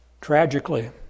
Tragically